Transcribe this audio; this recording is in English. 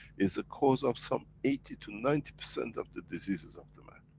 is the cause of some eighty to ninety percent, of the diseases of the man.